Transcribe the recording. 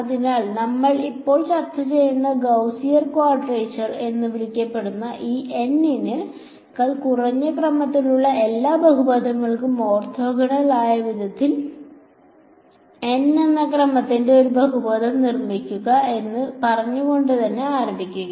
അതിനാൽ നമ്മൾ ഇപ്പോൾ ചർച്ച ചെയ്യുന്ന ഗൌസിയൻ ക്വാഡ്രേച്ചർ എന്ന് വിളിക്കപ്പെടുന്ന ഇത് N നേക്കാൾ കുറഞ്ഞ ക്രമത്തിലുള്ള എല്ലാ ബഹുപദങ്ങൾക്കും ഓർത്തോഗണൽ ആയ വിധത്തിൽ N എന്ന ക്രമത്തിന്റെ ഒരു ബഹുപദം നിർമ്മിക്കുക എന്ന് പറഞ്ഞുകൊണ്ടാണ് ആരംഭിക്കുന്നത്